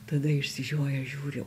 tada išsižioję žiūri